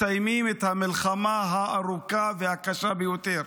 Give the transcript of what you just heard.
מסיימים את המלחמה הארוכה והקשה ביותר.